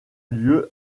lieu